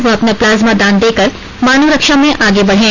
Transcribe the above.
वह अपना प्लाज्मा दान देकर मानव रक्षा में आगे बढ़े